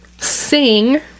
Sing